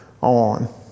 on